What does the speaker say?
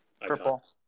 Purple